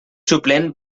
suplent